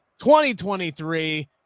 2023